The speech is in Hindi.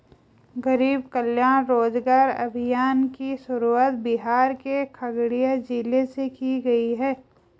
गरीब कल्याण रोजगार अभियान की शुरुआत बिहार के खगड़िया जिले से की गयी है